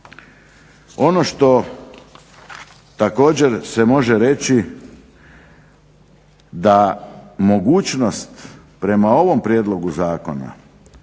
Ono što također se može reći da mogućnost prema ovom prijedlogu zakona,